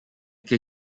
che